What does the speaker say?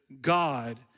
God